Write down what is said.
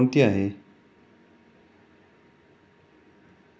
बाजरी उत्पादन वाढीची सोपी पद्धत कोणती आहे?